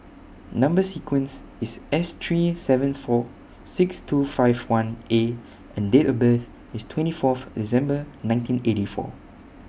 Number sequence IS S three seven four six two five one A and Date of birth IS twenty forth December nineteen eighty four